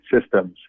systems